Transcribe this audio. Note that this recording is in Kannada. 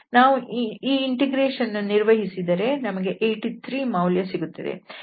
ನಾವು ಈ ಇಂಟಿಗ್ರೇಷನ್ ಅನ್ನು ನಿರ್ವಹಿಸಿದರೆ ನಮಗೆ 83 ಮೌಲ್ಯ ದೊರೆಯುತ್ತದೆ